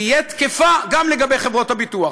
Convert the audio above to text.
תהיה תקפה גם לגבי חברות הביטוח.